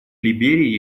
либерии